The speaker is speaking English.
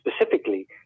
specifically